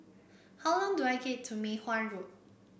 how long do I get to Mei Hwan Road